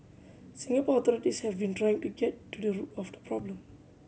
Singapore authorities have been trying to get to the root of the problem